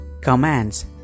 commands